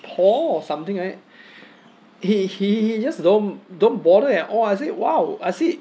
paul or something like that he he he just don't don't bother at all I said !wow! I see